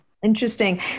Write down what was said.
Interesting